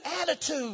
attitude